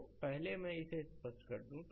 तो पहले मैं इसे स्पष्ट कर दूं